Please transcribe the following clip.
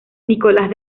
nicolas